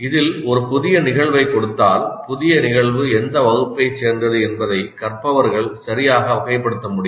இதில் ஒரு புதிய நிகழ்வைக் கொடுத்தால் புதிய நிகழ்வு எந்த வகுப்பைச் சேர்ந்தது என்பதை கற்பவர்கள் சரியாக வகைப்படுத்த முடியும்